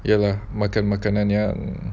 yes lah makan makanan yang